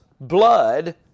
blood